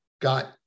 got